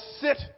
sit